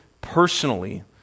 personally